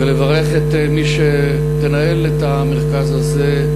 ומברך את מי שתנהל את המרכז הזה,